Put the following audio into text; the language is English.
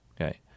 Okay